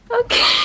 Okay